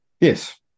Yes